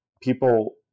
people